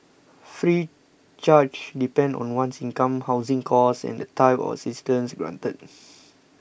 fees charged depend on one's income housing cost and the type of assistance granted